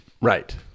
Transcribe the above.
Right